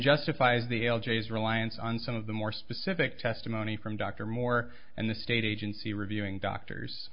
justifies the l g s reliance on some of the more specific testimony from dr moore and the state agency reviewing doctors